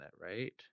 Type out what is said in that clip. right